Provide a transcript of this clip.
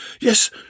Yes